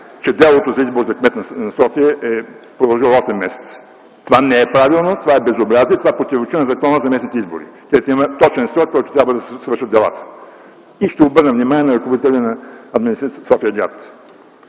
че делото за избор за кмет на София е продължило осем месеца. Това не е правилно, това е безобразие, това противоречи на Закона за местните избори, където има точен срок, в който трябва да се свършват делата. И ще обърна внимание на ръководителя на Административния съд